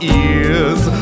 ears